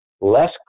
less